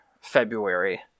February